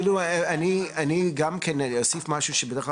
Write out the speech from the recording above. אז מוטב ואני גם כן אוסיף משהו שבדרך כלל